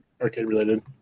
arcade-related